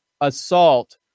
assault